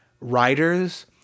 writers